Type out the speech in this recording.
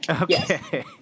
Okay